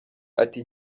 ati